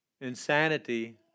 Insanity